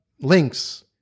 links